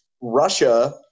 Russia